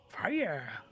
Fire